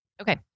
Okay